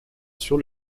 sur